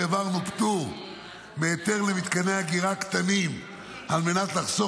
העברנו פטור מהיתר למתקני אגירה קטנים על מנת לחסוך